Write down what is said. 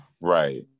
right